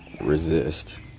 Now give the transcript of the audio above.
resist